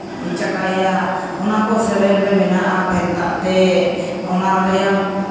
ᱪᱟᱠᱟᱭᱟ ᱚᱱᱟ ᱠᱚ ᱥᱮᱨᱮᱧ ᱨᱮ ᱢᱮᱱᱟᱜᱼᱟ ᱵᱷᱮᱱᱛᱟ ᱛᱮ ᱚᱱᱟ ᱨᱮᱭᱟᱝ